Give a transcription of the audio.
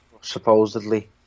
supposedly